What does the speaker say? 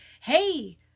hey